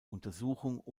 untersuchung